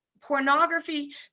pornography